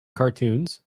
cartoons